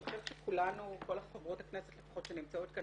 אני חושבת שלפחות כל חברות הכנסת שנמצאות כאן